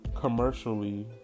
commercially